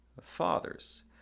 fathers